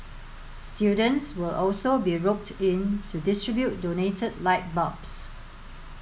students will also be roped in to distribute donated light bulbs